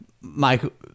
Mike